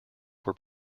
were